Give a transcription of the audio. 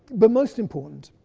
the most important,